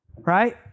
Right